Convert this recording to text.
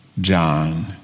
John